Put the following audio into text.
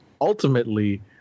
Ultimately